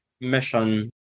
mission